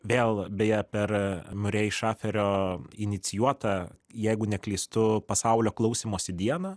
vėl beje per marei šaferio inicijuotą jeigu neklystu pasaulio klausymosi dieną